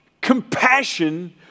compassion